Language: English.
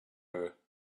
her